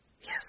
yes